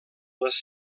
les